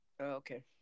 Okay